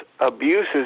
abuses